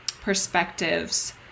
perspectives